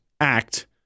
act